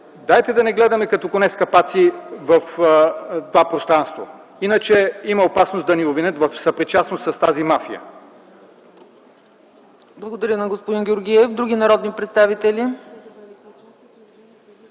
дайте да не гледаме като коне с капаци в това пространство! Иначе има опасност да ни обвинят в съпричастност с тази мафия.